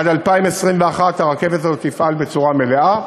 עד 2021 הרכבת הזאת תפעל בצורה מלאה.